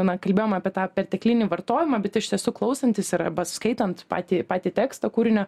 na kalbėjom apie tą perteklinį vartojimą bet iš tiesų klausantis ir arba skaitant patį patį tekstą kūrinio